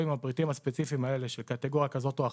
עם הפריטים הספציפיים האלה של קטגוריה כזאת או אחרת.